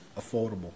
affordable